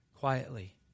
Quietly